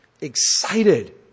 excited